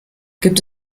gibt